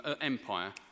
empire